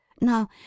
Now